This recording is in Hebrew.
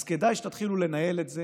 אז כדאי שתתחילו לנהל את זה,